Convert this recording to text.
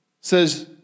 says